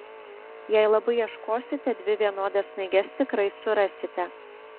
jei labai ieškosite dvi vienodas snaiges tikrai surasite